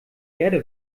erde